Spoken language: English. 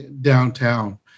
downtown